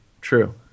true